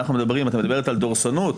את מדברת על דורסנות.